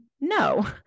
No